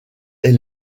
est